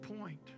point